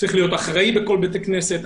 צריך להיות אחראי בכל בית כנסת.